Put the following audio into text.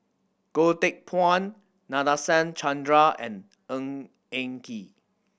Goh Teck Phuan Nadasen Chandra and Ng Eng Kee